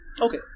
Okay